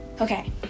Okay